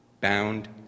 bound